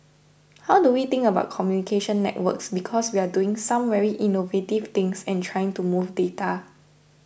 how do we think about communication networks because we are doing some very innovative things and trying to move data